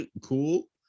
cool